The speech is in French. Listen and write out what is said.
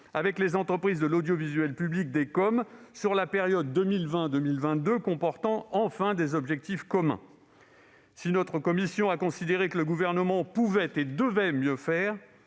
avec les entreprises de l'audiovisuel public des contrats d'objectifs et de moyens (COM) sur la période 2020-2022 comportant enfin des objectifs communs. Si notre commission a considéré que le Gouvernement pouvait et devait mieux faire